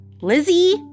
Lizzie